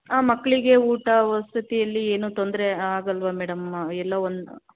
ಹಾಂ ಮಕ್ಕಳಿಗೆ ಊಟ ವಸತಿಯಲ್ಲಿ ಏನು ತೊಂದರೆ ಆಗಲ್ವ ಮೇಡಮ್ ಎಲ್ಲ ಒಂದು